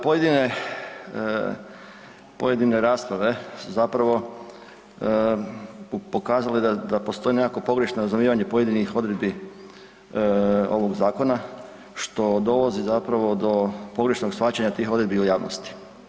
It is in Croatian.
Pojedine, pojedine rasprave su zapravo pokazale da postoji nekakvo pogrešno razumijevanje pojedinih odredbi ovog zakona što dolazi zapravo do pogrešnog shvaćanja tih odredbi u javnosti.